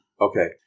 Okay